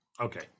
Okay